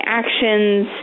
actions